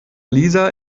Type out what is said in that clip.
lisa